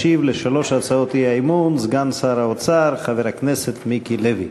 ישיב על שלוש הצעות האי-אמון סגן שר האוצר חבר הכנסת מיקי לוי.